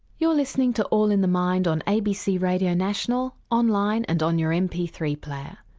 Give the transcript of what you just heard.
you're listening to all in the mind on abc radio national, on line, and on your m p three player.